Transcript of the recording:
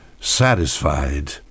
Satisfied